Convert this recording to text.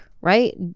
right